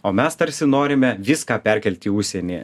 o mes tarsi norime viską perkelt į užsienį